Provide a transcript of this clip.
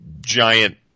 giant